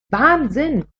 wahnsinn